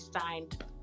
signed